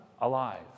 Alive